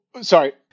Sorry